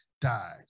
died